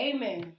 Amen